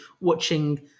watching